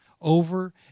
over